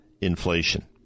inflation